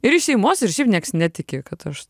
ir iš šeimos ir šiaip nieks netiki kad aš